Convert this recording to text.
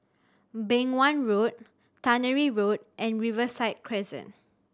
Beng Wan Road Tannery Road and Riverside Crescent